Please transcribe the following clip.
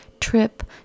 trip